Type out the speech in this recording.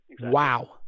Wow